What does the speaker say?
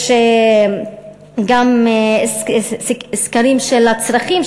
יש גם סקרים של הצרכים,